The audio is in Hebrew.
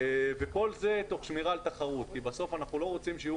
וכל זה תוך שמירה על תחרות כי בסוף אנחנו לא רוצים שיהיו